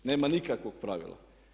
Nema nikakvog pravila.